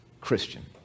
Christian